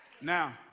Now